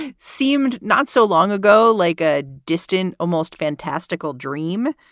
seemed not so long ago, like a distant, almost fantastical dream,